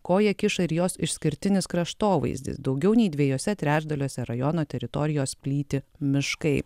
koją kiša ir jos išskirtinis kraštovaizdis daugiau nei dviejuose trečdaliuose rajono teritorijos plyti miškai